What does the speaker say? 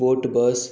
boat bus